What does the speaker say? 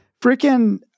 Freaking